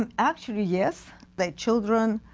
and actually yes their children